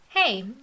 Hey